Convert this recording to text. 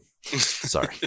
sorry